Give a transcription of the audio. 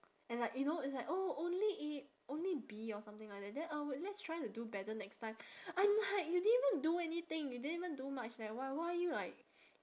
and like you know it's like oh only A only B or something like that then uh let's try to do better next time I'm like you didn't even do anything you didn't even do much eh why why are you like